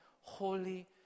holy